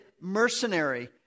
mercenary